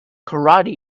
karate